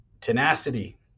tenacity